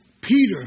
Peter